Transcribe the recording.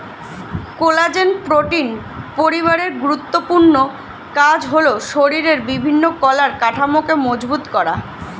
collagen protein পরিবারের গুরুত্বপূর্ণ কাজ হলো শরীরের বিভিন্ন কলার কাঠামোকে মজবুত করা